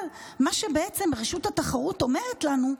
אבל מה שבעצם רשות התחרות אומרת לנו,